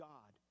God